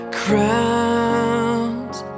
crowns